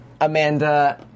Amanda